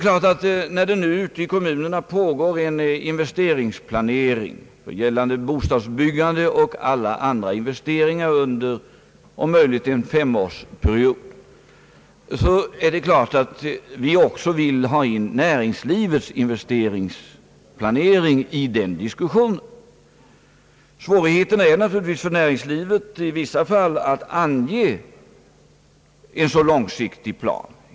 När det nu ute i kommunerna pågår en investeringsplanering gällande bostadsbyggande och alla andra investeringar under om möjligt en femårsperiod, så är det klart att vi också vill ha in näringslivets investeringsplanering i den diskussionen. Svårigheter finns naturligtvis för näringslivet i vissa fall att göra en så långsiktig plan.